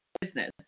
Business